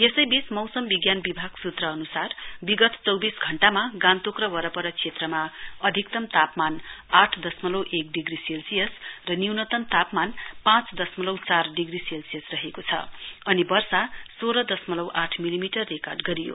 यसैबीच सौसम विज्ञान विभाग सूत्र अनुसार विगत चौविस घण्टामा गान्तोक वरपर क्षेत्रमा अधिकतम तापमान आठ दशमलउ एक डिग्री सेल्सियस र न्यूनतम तापमान पाँच दशमलउ चार डिग्री सेल्सियल रहेको छ अनि वर्ष सोह्र दशमलउ आठ मिलिमिटर रेकर्ड गरियो